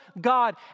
God